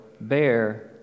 bear